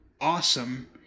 awesome